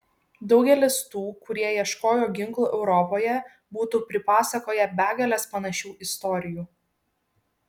daugelis tų kurie ieškojo ginklų europoje būtų pripasakoję begales panašių istorijų